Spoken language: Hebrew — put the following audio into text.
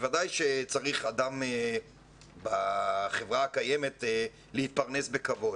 בוודאי שצריך אדם בחברה הקיימת להתפרנס בכבוד,